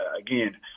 again